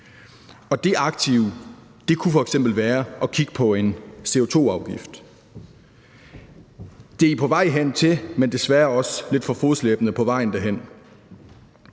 det aktive kunne f.eks. være at kigge på en CO2-afgift. Det er I på vej hen til, men desværre også lidt for fodslæbende på vejen derhen.